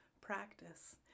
practice